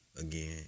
again